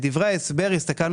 הסתכלנו על דברי ההסבר לחוק,